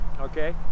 okay